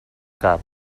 cap